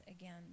again